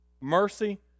mercy